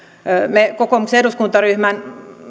me kokoomuksen eduskuntaryhmän